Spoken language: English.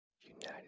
United